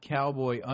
cowboy